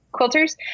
quilters